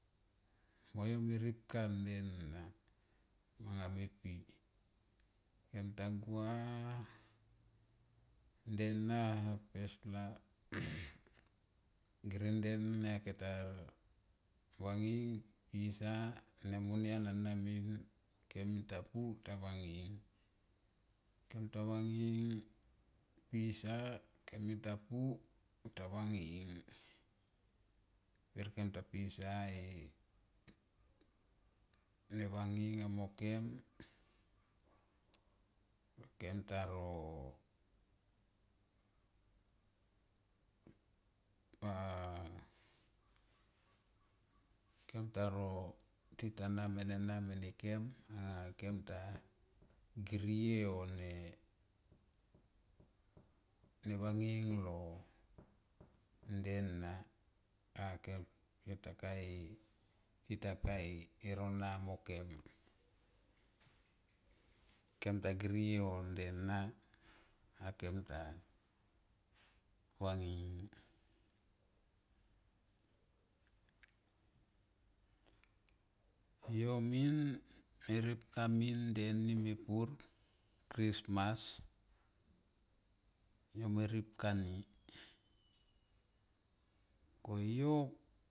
Koyo me ripka nde na anga me pi kem ta gua nde na pesla geren nde na kem ta vanging pisa ne monia nana min kem ta pu kem ta vanging pisa kem ta pu ta vanging per kem pisa e ne vanging amo kem, kem taro a kem taro titana menena mene kem a kem ta girie o ne vanging lo nde na a kem ta ka e tita ka e rona amo. Kem ta girie o nde na kem ta vanging. Yo min me ripka min nde ni mepur chistmas yo me nipka ni koyu.